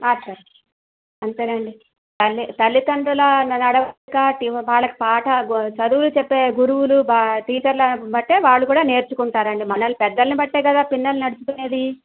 ఆ సార్ అంతేనండి తల్లిదండ్రుల నడవడిక వాళ్ళకి చదువులు చెప్పే గురువులు టీచర్ల బట్టే వాళ్ళు నేర్చుకుంటారండి మనల్ని పెద్దల్ని బట్టే కదా పిల్లలు నడుచుకునేది